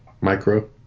Micro